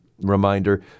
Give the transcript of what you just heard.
reminder